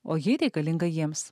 o ji reikalinga jiems